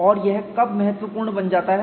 और यह कब महत्वपूर्ण बन जाता है